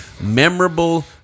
memorable